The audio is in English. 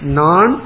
non